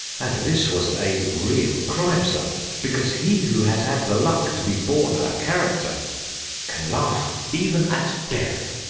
and this was a real crime, sir because he who has had the luck to be born a character can laugh even at death.